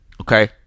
Okay